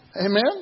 Amen